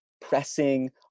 pressing